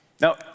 Now